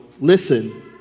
listen